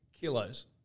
kilos